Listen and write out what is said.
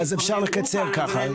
אז אפשר לקצר ככה.